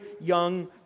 young